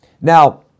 Now